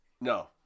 No